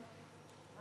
אלא